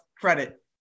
credit